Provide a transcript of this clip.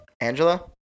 angela